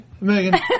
Megan